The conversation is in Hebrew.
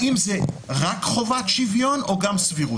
האם זה רק חובת שוויון או גם סבירות?